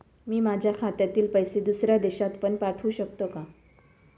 मी माझ्या खात्यातील पैसे दुसऱ्या देशात पण पाठवू शकतो का?